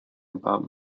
about